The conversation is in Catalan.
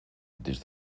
des